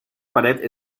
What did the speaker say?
pared